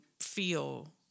feel